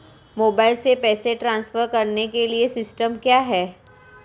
Mobile से पैसे transfer करने के लिए सिस्टम क्या है?